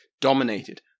dominated